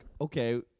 okay